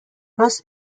راست